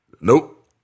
Nope